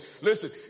Listen